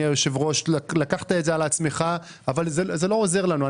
היושב ראש לקחת את זה על עצמך אבל זה לא עוזר לנו.